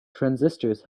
transistors